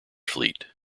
fleet